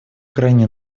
крайне